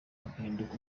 agahinduka